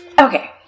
Okay